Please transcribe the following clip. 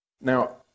Now